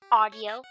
audio